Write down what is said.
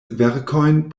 verkojn